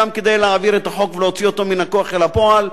גם כדי להעביר את החוק ולהוציא אותו מן הכוח אל הפועל,